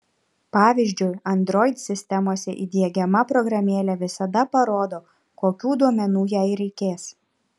pavyzdžiui android sistemose įdiegiama programėlė visada parodo kokių duomenų jai reikės